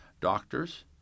doctors